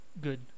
Good